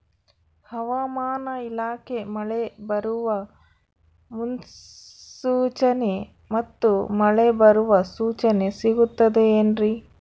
ಹವಮಾನ ಇಲಾಖೆ ಮಳೆ ಬರುವ ಮುನ್ಸೂಚನೆ ಮತ್ತು ಮಳೆ ಬರುವ ಸೂಚನೆ ಸಿಗುತ್ತದೆ ಏನ್ರಿ?